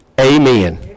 Amen